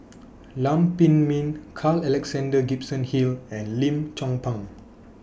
Lam Pin Min Carl Alexander Gibson Hill and Lim Chong Pang